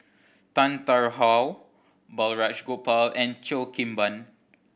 Tan Tarn How Balraj Gopal and Cheo Kim Ban